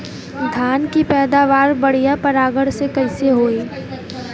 धान की पैदावार बढ़िया परागण से कईसे होई?